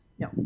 No